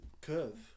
Curve